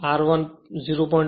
R 1 0